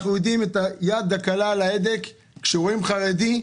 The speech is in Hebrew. אנחנו יודעים על היד הקלה על ההדק, כשרואים חרדי,